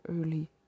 early